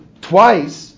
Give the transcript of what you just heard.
twice